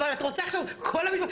אבל את רוצה עכשיו שכל המשפחות,